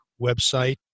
website